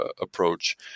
approach